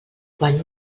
quan